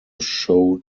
show